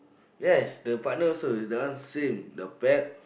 yes the partner also that one same the pet